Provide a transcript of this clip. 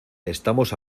estamos